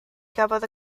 gafodd